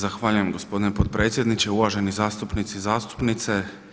Zahvaljujem gospodine potpredsjedniče, uvaženi zastupnici i zastupnice.